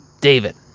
David